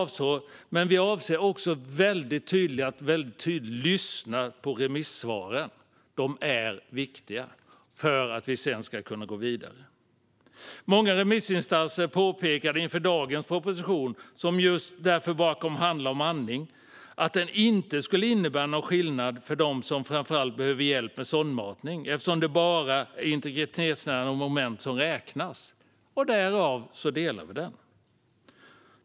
Vi avser att väldigt tydligt lyssna på remissvaren. De är viktiga för att vi sedan ska kunna gå vidare. Många remissinstanser påpekade inför den proposition som vi behandlar i dag, som bara kom att handla om andning, att det inte skulle innebära någon skillnad för dem som framför allt behöver hjälp med sondmatning, eftersom det bara är integritetsnära moment som räknas. Vi delar den uppfattningen.